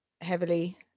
heavily